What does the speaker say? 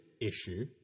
issue